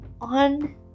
on